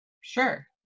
sure